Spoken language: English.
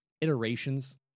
iterations